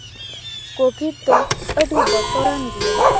covid ᱫᱚ ᱟᱹᱰᱤ ᱵᱚᱛᱚᱨᱟᱱ ᱜᱮᱭᱟ